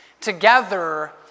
together